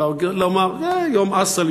לומר: יום עסל,